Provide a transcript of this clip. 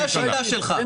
זאת השיטה שלך.